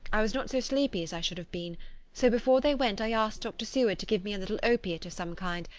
i was not so sleepy as i should have been so before they went i asked dr. seward to give me a little opiate of some kind,